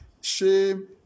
shame